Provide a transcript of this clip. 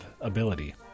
ability